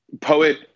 Poet